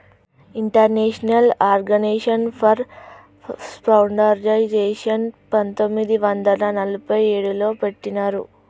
international organisation for స్టాండర్డయిజేషన్ని పంతొమ్మిది వందల నలభై ఏడులో పెట్టినరు